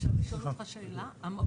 אפשר לשאול אותך שאלה?